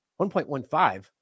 1.15